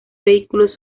vehículos